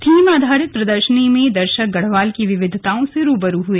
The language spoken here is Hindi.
थीम आधारित प्रदर्शनी में दर्शक गढ़वाल की विविधताओं से रूबरू हुए